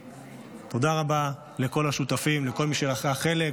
תודה רבה לכל השותפים, לכל מי שלקחו חלק,